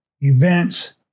events